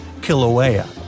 Kilauea